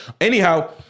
anyhow